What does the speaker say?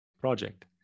project